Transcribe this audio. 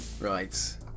Right